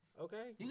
Okay